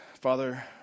Father